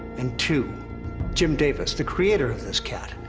and two jim davis, the creator of this cat,